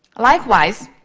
likewise,